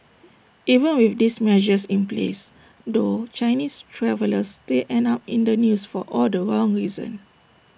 even with these measures in place though Chinese travellers still end up in the news for all the wrong reasons